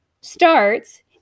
starts